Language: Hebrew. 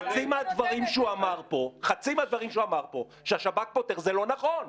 חצי מהדברים שהוא אמר פה שהשב"כ פותר, זה לא נכון.